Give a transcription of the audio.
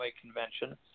convention